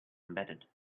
embedded